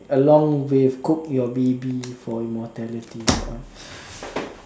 ya along with cook your baby for immortality that [one]